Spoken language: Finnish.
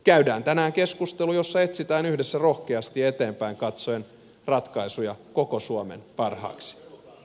käydään tänään keskustelu jossa etsitään yhdessä rohkeasti eteenpäin katsoen ratkaisuja koko suomen parhaaksi